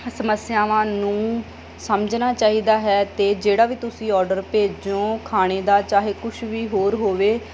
ਸਮੱਸਿਆਵਾਂ ਨੂੰ ਸਮਝਣਾ ਚਾਹੀਦਾ ਹੈ ਅਤੇ ਜਿਹੜਾ ਵੀ ਤੁਸੀਂ ਓਡਰ ਭੇਜੋ ਖਾਣੇ ਦਾ ਚਾਹੇ ਕੁਛ ਵੀ ਹੋਰ ਹੋਵੇ